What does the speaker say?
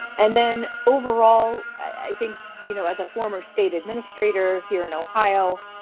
and then overall i think you know as a former state administrator here in ohio,